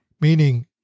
Meaning